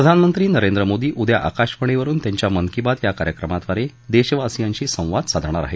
प्रधानमंत्री नरेंद्र मोदी उद्या आकाशवाणीवरुन त्यांच्या मन की बात या कार्यक्रमाद्वारे देशावासियांशी संवाद साधणार आहे